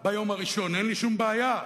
ביום הראשון, אין לי שום בעיה.